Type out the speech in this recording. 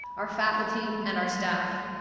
our faculty and our staff.